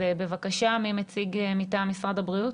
בבקשה, מי מציג מטעם משרד הבריאות?